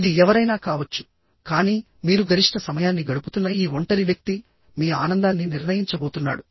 ఇది ఎవరైనా కావచ్చు కానీ మీరు గరిష్ట సమయాన్ని గడుపుతున్న ఈ ఒంటరి వ్యక్తి మీ ఆనందాన్ని నిర్ణయించబోతున్నాడు